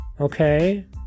Okay